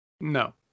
No